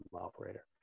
operator